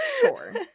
Sure